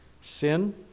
sin